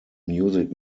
music